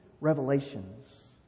revelations